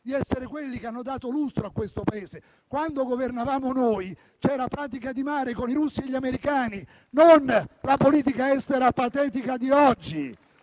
di essere quelli che hanno dato lustro a questo Paese. Quando governavamo noi, c'era Pratica di Mare, con i russi e gli americani, non la politica estera patetica di oggi.